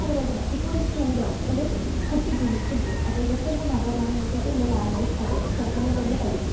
അതുപോലെതന്നെ ഇപ്പോഴൊരു സ്റ്റൂഡൻ്റ് ഒരു കുട്ടി ജനിക്കുമ്പോൾ അദ്ദേഹത്തിൻ്റെ മദർ ലാംഗ്വേജായിട്ടുള്ള ലാംഗ്വേജ് അത് ചെറുപ്പം തൊട്ട് ഇരുന്നു പഠിക്കും